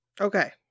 Okay